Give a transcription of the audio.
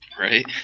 Right